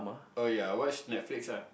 oh yea I watch Netflix ah